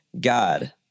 God